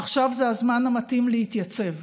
עכשיו זה הזמן המתאים להתייצב,